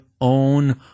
own